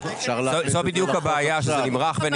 זו בדיוק הבעיה, שזה נמרח.